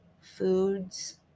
foods